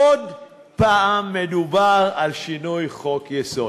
עוד פעם מדובר על שינוי חוק-יסוד.